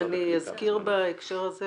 אני אזכיר בהקשר הזה